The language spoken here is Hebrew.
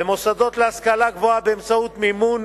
במוסדות להשכלה גבוהה באמצעות מימון